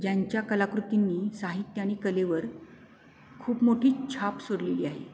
ज्यांच्या कलाकृतींनी साहित्य आणि कलेवर खूप मोठी छाप सोडलेली आहे